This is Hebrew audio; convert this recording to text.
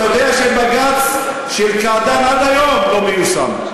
אתה יודע שבג"ץ קעדאן עד היום לא מיושם.